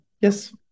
Yes